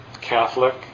Catholic